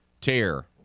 tear